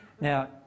Now